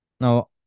Now